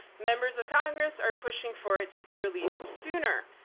members of congress are pushing for it to be released sooner.